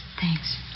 Thanks